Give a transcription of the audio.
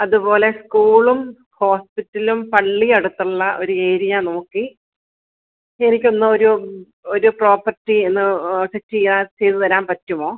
അതുപോലെ സ്കൂളും ഹോസ്പിറ്റലും പള്ളിയും അടുത്തുള്ള ഒര് ഏരിയ നോക്കി എനിക്ക് ഇന്നൊരു ഒര് പ്രോപ്പർട്ടി ഇന്ന് സെറ്റ് ചെയ്യാൻ ചെയ്ത് തരാൻ പറ്റുമോ